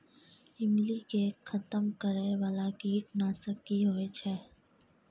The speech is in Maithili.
ईमली के खतम करैय बाला कीट नासक की होय छै?